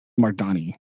Mardani